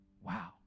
Wow